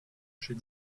chez